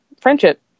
friendship